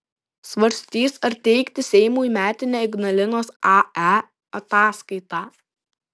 svarstys ar teikti seimui metinę ignalinos ae ataskaitą